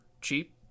cheap